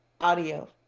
Audio